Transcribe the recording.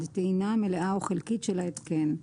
טעינה, מלאה או חלקית, של ההתקן,